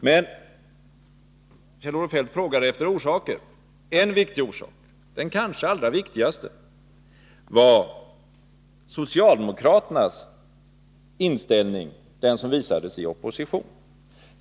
Men en viktig orsak till utvecklingen, den kanske allra viktigaste, var socialdemokraternas inställning, den som visades i opposition.